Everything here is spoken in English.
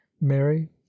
mary